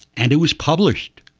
and it was published,